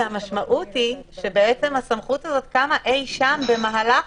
שהמשמעות היא שהסמכות הזאת קמה אי שם במהלך